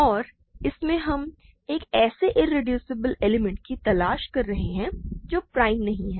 और इसमें हम एक ऐसे इरेड्यूसिबल एलिमेंट की तलाश कर रहे हैं जो प्राइम नहीं है